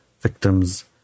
victims